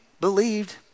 believed